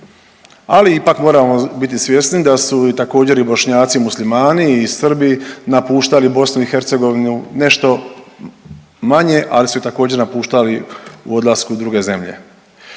ali ipak moramo biti svjesni da su i također Bošnjaci muslimani i Srbi napuštali BiH, nešto manje, ali su također napuštali u odlasku u druge zemlje.